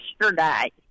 yesterday